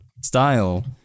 style